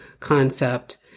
concept